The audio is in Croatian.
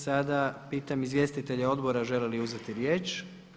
Sada pitam izvjestitelje odbora žele li uzeti riječ?